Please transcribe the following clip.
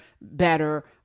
better